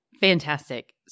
Fantastic